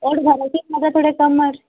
ನೋಡ್ರಿ ತೋಡೆ ಕಮ್ ಮಾಡ್ರಿ